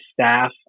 staff